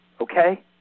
Okay